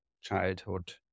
childhood